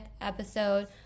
episode